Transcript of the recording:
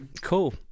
cool